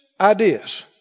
Ideas